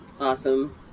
Awesome